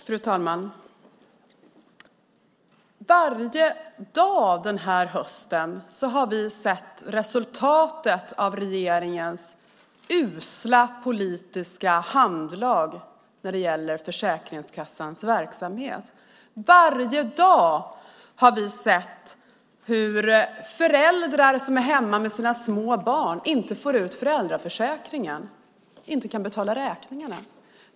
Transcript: Fru talman! Varje dag den här hösten har vi sett resultatet av regeringens usla politiska handlag när det gäller Försäkringskassans verksamhet. Varje dag har vi sett hur föräldrar som är hemma med sina små barn inte får ut föräldraförsäkringen och inte kan betala räkningarna.